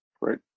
Right